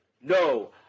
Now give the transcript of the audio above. no